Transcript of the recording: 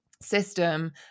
system